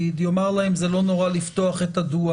יאמר להם שזה לא נורא לפתוח את הדוח,